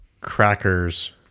crackers